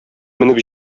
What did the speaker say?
менеп